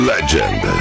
Legend